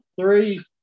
three